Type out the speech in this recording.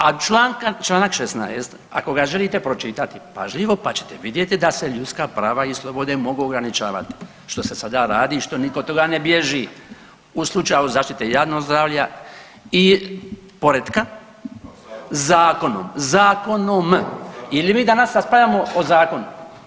A čl. 16. ako ga želite pročitati pažljivo, pa ćete vidjeti da se ljudska prava i slobode mogu ograničavati, što se sada radi i što nitko od toga ne bježi, u slučaju zaštite javnog zdravlja i poretka zakonom, zakonom ili mi danas raspravljamo o zakonu.